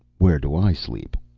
where do i sleep?